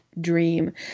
dream